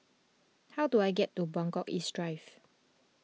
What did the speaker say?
how do I get to Buangkok East Drive